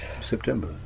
September